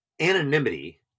anonymity